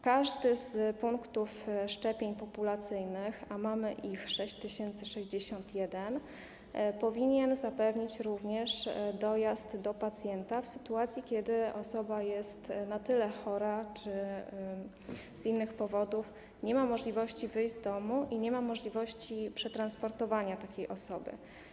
Każdy z punktów szczepień populacyjnych, a mamy ich 6061, powinien zapewnić dojazd do pacjenta, kiedy osoba jest chora czy z innych powodów nie ma możliwości wyjścia z domu i nie ma możliwości przetransportowania takiej osoby.